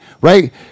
right